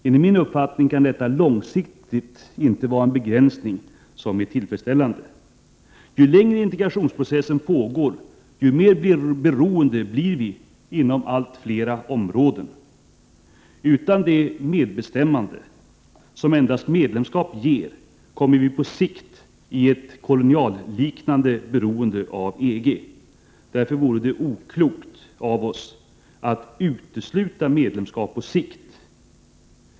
Enligt min uppfattning kan detta långsiktigt inte vara en begränsning som är tillfredsstäl lande. Ju längre integrationsprocessen pågår, desto mer beroende blir vi inom allt fler områden. Utan detta medbestämmande som endast medlemskapet ger kommer vi på sikt i ett kolonialliknande beroende av EG. Därför vore det oklokt av oss att utesluta medlemskap på sikt.